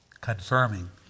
Confirming